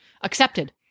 accepted